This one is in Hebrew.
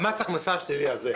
המס הכנסה השלילי הזה,